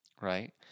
right